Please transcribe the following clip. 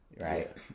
right